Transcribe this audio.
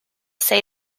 say